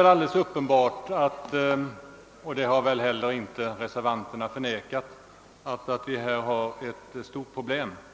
Vi har här att göra med ett stort problem — det har heller inte reservanterna förnekat